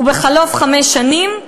ובחלוף חמש שנים,